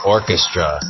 Orchestra